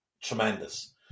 tremendous